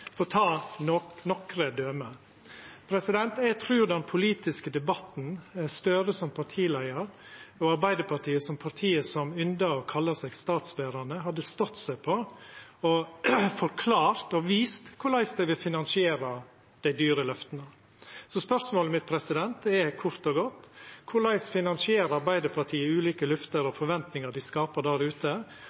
å ta nokre døme. Eg trur den politiske debatten med Gahr Støre som partileiar og Arbeidarpartiet som partiet som yndar å kalla seg statsberande, hadde stått seg på å forklara og visa korleis dei vil finansiera dei dyre løfta. Spørsmålet mitt er kort og godt: Korleis finansierer Arbeidarpartiet dei ulike løfta og forventningane dei skapar der ute,